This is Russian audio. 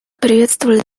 приветствовали